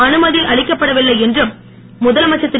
அனுமதி அளிக்கப் படவில்லை என்றும் முதலமைச்சர் திரு